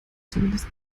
zumindest